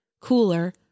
cooler